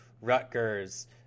Rutgers